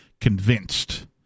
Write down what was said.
convinced